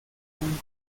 hong